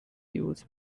use